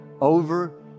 over